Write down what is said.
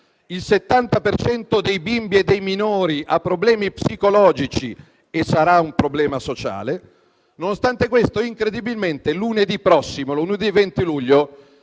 cento dei bimbi e minori ha problemi psicologici, e sarà un problema sociale. Nonostante questo, incredibilmente, avete confermato che lunedì 20 luglio